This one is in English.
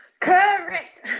Correct